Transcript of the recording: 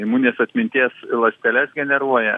imuninės atminties ląsteles generuoja